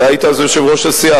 אתה היית אז יושב-ראש הסיעה,